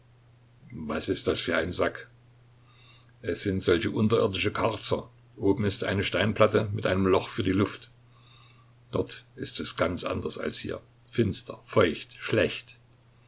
was ist das für ein sack es sind solche unterirdischen karzer oben ist eine steinplatte mit einem loch für die luft dort ist es ganz anders als hier finster feucht schlecht